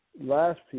last